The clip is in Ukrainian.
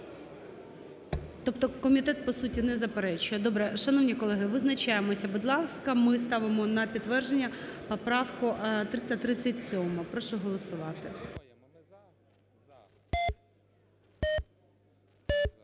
Тобто комітет по суті не заперечує. Добре. Шановні колеги! Визначаємося, будь ласка. Ми ставимо на підтвердження поправку 337. Прошу голосувати.